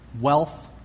wealth